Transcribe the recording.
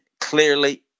clearly